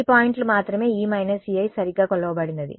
10 పాయింట్లు మాత్రమే E Ei సరిగ్గా కొలవబడినది